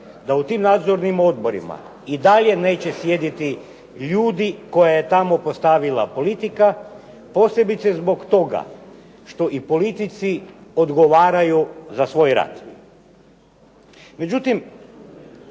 da u tim nadzornim odborima i dalje neće sjediti ljudi koje je tamo postavila politike, posebice zbog toga što i politici odgovaraju za svoj rad.